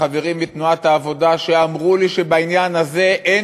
לחברים מתנועת העבודה שאמרו לי שבעניין הזה אין